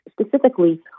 Specifically